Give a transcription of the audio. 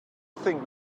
think